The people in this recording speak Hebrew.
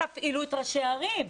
תפעילו את ראשי הערים,